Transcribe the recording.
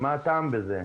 מה הטעם בזה?